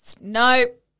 Nope